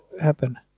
happen